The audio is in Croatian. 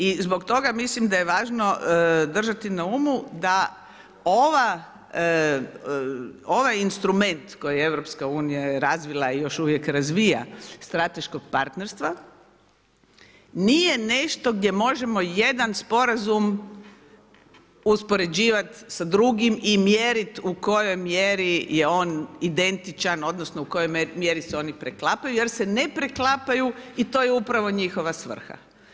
I zbog toga mislim da je važno držati na umu, da ovaj instrument, koja je EU, razvila i još uvijek razvija strateškog partnerstva, nije nešto gdje možemo jedan sporazum uspoređivati sa drugim i mjeriti u kojoj mjeri je on identičan odnosno, u kojoj mjeri se oni preklapaju, jer se ne preklapaju i to je upravo njihova svrha.